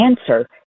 answer